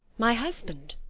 my husband!